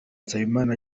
nsabimana